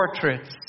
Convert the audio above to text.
portraits